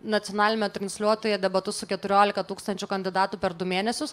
nacionalinio transliuotojo debatus su keturiolika tūkstančių kandidatų per du mėnesius